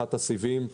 מהפכת הסיבים.